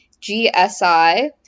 GSI